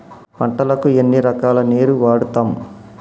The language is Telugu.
పంటలకు ఎన్ని రకాల నీరు వాడుతం?